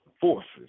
forces